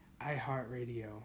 iHeartRadio